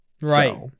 Right